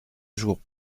jours